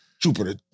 jupiter